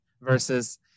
versus